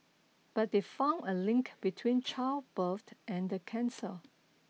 but they found a link between childbirth and the cancer